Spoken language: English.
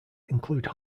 include